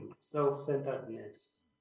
self-centeredness